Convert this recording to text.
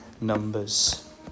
numbers